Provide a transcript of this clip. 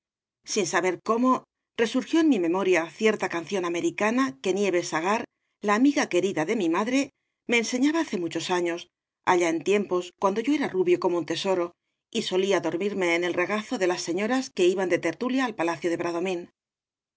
sin saber cómo resurgió en mi memoria cierta canción americana que nieves agar la amiga querida de mi madre me enseñaba hace muchos años allá en tiempos cuando yo era rubio como un tesoro y solía dormirme en el regazo de las señoras que iban de tertulia al palacio de